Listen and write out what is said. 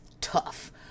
tough